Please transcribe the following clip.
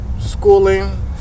schooling